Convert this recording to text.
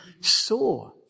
saw